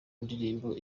indirimbo